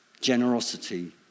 generosity